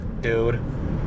dude